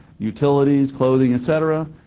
utilities, clothing, etc,